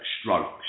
strokes